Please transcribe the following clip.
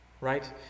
Right